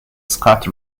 scott